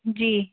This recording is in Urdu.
جی